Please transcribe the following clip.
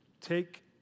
take